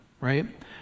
right